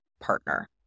partner